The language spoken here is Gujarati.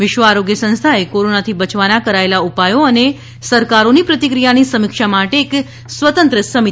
વિશ્વ આરોગ્ય સંસ્થાએ કોરોનાથી બચવાના કરાયેલા ઉપાયો અને સરકારોની પ્રતિક્રિયાની સમીક્ષા માટે એક સ્વતંત્ર સમિતિની રચના કરી છે